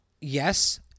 Yes